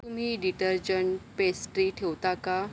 तुम्ही detergent pastry ठेवता का